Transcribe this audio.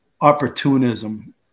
opportunism